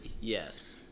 Yes